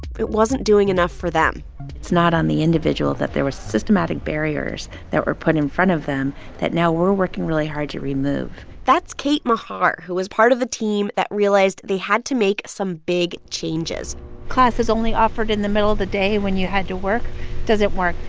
it wasn't doing enough for them it's not on the individual that there were systematic barriers that were put in front of them that now we're working really hard to remove that's kate mahar, who was part of the team that realized they had to make some big changes classes only offered in the middle of the day when you had to work doesn't work.